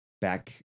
back